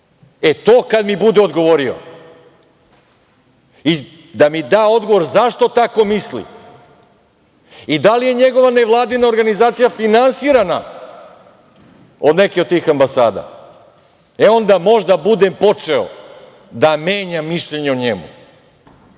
To kad mi bude odgovorio i da mi da odgovor zašto tako misli i da li je njegova nevladina organizacija finansirana od neke od tih ambasada, e onda možda budem počeo da menjam mišljenje o njemu,